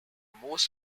most